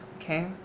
okay